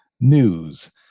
news